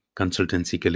consultancy